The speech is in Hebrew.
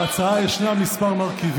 בהצעה יש כמה מרכיבים: